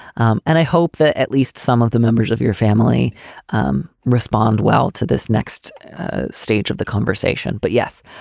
um and i hope that at least some of the members of your family um respond well to this next stage of the conversation. but yes,